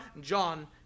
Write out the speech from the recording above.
John